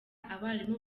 abarimu